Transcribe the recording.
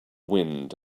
wind